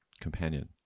companion